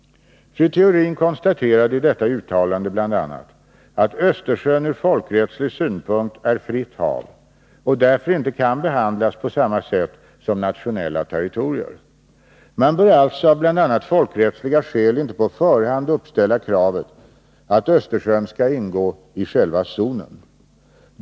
Fru Theorin konstaterade i detta uttalande bl.a. att Östersjön ur folkrättslig synpunkt är fritt hav och därför inte kan behandlas på samma sätt som nationella territorier. Man bör alltså av bl.a. folkrättsliga skäl inte på förhand uppställa kravet att Östersjön skall ingå i själva zonen.